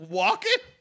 walking